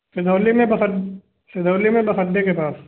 सिनौली में बस सिनौली में बस अड्डे के पास